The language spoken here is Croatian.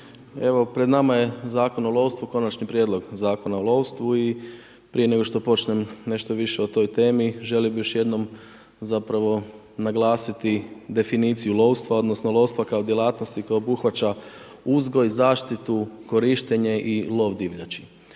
evo pred nama je Zakon o lovstvu, Konačni prijedlog Zakona o lovstvu i prije nego što počnem nešto više o toj temi želio bih još jednom naglasiti definiciju lovstva odnosno lovstva kao djelatnosti koja obuhvaća uzgoj, zaštitu, korištenje i lov divljači.